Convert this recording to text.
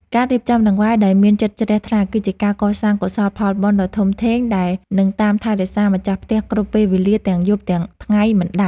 ការរៀបចំដង្វាយដោយមានចិត្តជ្រះថ្លាគឺជាការកសាងកុសលផលបុណ្យដ៏ធំធេងដែលនឹងតាមថែរក្សាម្ចាស់ផ្ទះគ្រប់ពេលវេលាទាំងយប់ទាំងថ្ងៃមិនដាច់។